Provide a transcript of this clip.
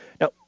Now